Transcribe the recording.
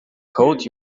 code